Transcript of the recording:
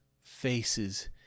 faces